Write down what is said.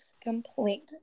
complete